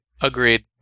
Agreed